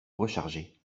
recharger